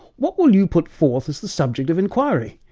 what will you put forth as the subject of enquiry?